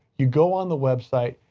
you go on the website,